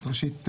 ראשית,